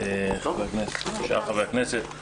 שאר חברי הכנסת.